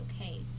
okay